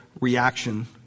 reaction